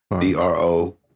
D-R-O-